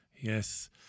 Yes